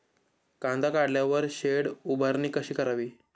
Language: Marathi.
कांदा काढल्यावर शेड उभारणी कशी करावी?